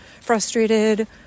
frustrated